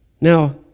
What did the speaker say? Now